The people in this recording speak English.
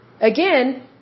Again